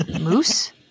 Moose